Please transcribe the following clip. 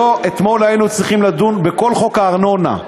אתמול היינו צריכים לדון בכל חוק הארנונה.